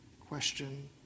question